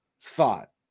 thought